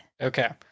Okay